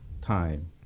time